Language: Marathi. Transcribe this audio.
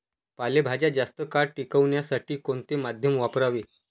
पालेभाज्या जास्त काळ टिकवण्यासाठी कोणते माध्यम वापरावे?